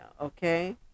okay